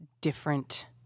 different